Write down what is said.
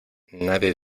nadie